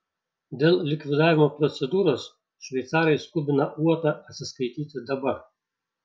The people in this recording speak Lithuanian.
dėl likvidavimo procedūros šveicarai skubina uotą atsiskaityti dabar